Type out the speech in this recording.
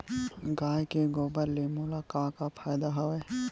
गाय के गोबर ले मोला का का फ़ायदा हवय?